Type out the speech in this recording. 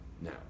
now